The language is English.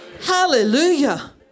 Hallelujah